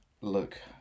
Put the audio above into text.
look